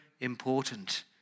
Important